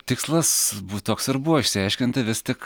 tikslas bu toks ir buvo išsiaiškinti vis tik